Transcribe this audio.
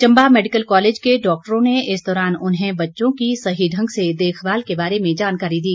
Chamba medical college के डॉक्टरों ने इस दौरान उन्हें बच्चों की सही ढंग से देखभाल के बारे में जानकारी दी